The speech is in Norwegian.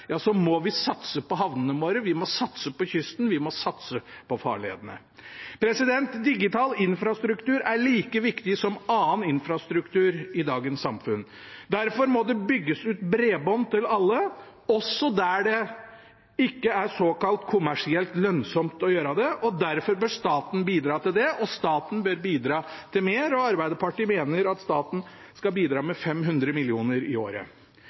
ja, så må vi satse på havnene våre, vi må satse på kysten, vi må satse på farledene. Digital infrastruktur er like viktig som annen infrastruktur i dagens samfunn. Derfor må det bygges ut bredbånd til alle, også der det ikke er såkalt kommersielt lønnsomt å gjøre det. Derfor bør staten bidra til det. Staten bør bidra med mer, og Arbeiderpartiet mener at staten skal bidra med 500 mill. kr i året.